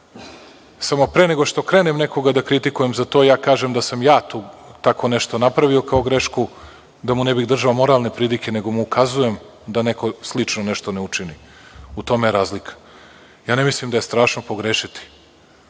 Samo, pre nego što krenem nekoga da kritikujem za to, ja kažem da sam ja tako nešto napravio kao grešku, da mu ne bih držao moralne pridike, nego mu ukazujem da neko slično nešto ne učini. U tome je razlika. Ne mislim da je strašno pogrešiti,